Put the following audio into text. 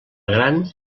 gran